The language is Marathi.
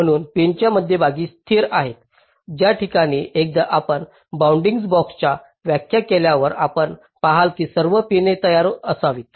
म्हणून पिन ज्या मध्यभागी स्थित आहेत त्या ठिकाणाहून एकदा आपण बाउंडिंग बॉक्सची व्याख्या केल्यावर आपण पहाल की सर्व पिन तिथे असाव्यात